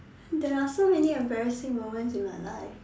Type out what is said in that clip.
there are so many embarrassing moments in my life